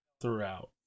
throughout